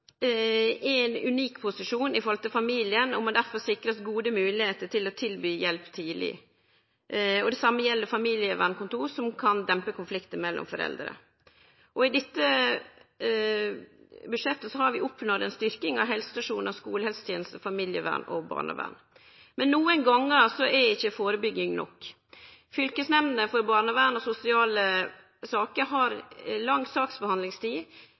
i ein unik posisjon i forhold til familien og må difor sikrast gode moglegheiter til å tilby hjelp tidleg. Det same gjeld familievernkontor, som kan dempe konfliktar mellom foreldre. I dette budsjettet har vi oppnådd ei styrking av helsestasjonar, skulehelseteneste, familievern og barnevern. Men nokre gongar er ikkje førebygging nok. Fylkesnemndene for barnevern og sosiale saker har lang saksbehandlingstid,